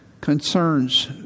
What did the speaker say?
concerns